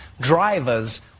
drivers